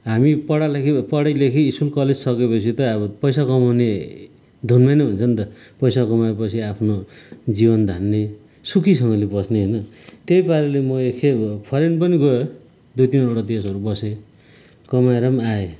हामी पढालेखा पढिलेखी स्कुल कलेज सकेपछि त अब पैसा कमाउने धुनमा नै हुन्छौँ त पैसा कमाएपछि आफ्नो जीवन धान्ने सुखीसँगले बस्ने होइन त्यही पाराले म एक खेप फरेन पनि गएँ दुई तिनवटा देशहरू बसेँ कमाएर पनि आएँ